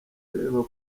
ureba